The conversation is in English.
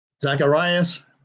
Zacharias